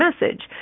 message